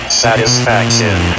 satisfaction